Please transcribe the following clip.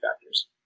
factors